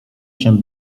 się